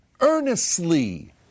earnestly